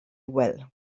well